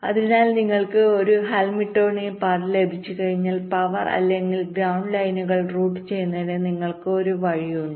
അതിനാൽ നിങ്ങൾക്ക് ഒരു ഹാമിൽട്ടോണിയൻ പാത ലഭിച്ചുകഴിഞ്ഞാൽ പവർ അല്ലെങ്കിൽ ഗ്രൌണ്ട് ലൈനുകൾ റൂട്ട് ചെയ്യുന്നതിന് നിങ്ങൾക്ക് ഒരു വഴിയുണ്ട്